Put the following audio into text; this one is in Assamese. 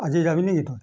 আজি যাবি নিকি তই